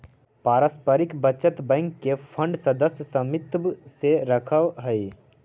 पारस्परिक बचत बैंक के फंड सदस्य समित्व से रखऽ हइ